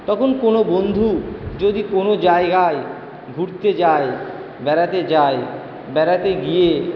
তখন কোনো বন্ধু যদি কোনো জায়গায় ঘুরতে যায় বেড়াতে যায় বেড়াতে গিয়ে